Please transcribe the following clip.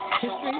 history